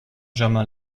germain